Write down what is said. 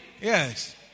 Yes